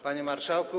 Panie Marszałku!